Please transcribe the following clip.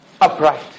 upright